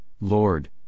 Lord